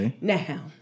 Now